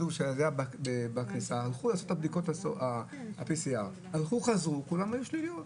הלכו ועשו בדיקות PCR וכולן היו שליליות.